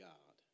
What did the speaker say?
God